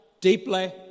deeply